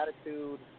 attitude